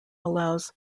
allows